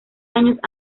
años